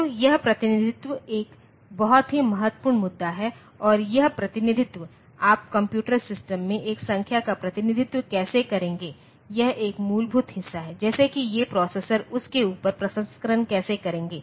तो यह प्रतिनिधित्व एक बहुत ही महत्वपूर्ण मुद्दा है और यह प्रतिनिधित्व आप कंप्यूटर सिस्टम में एक संख्या का प्रतिनिधित्व कैसे करेंगे यह एक मूलभूत हिस्सा है जैसे कि ये प्रोसेसर उस के ऊपर प्रसंस्करण कैसे करेंगे